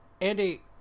andy